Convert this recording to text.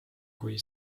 kui